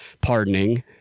pardoning